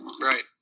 Right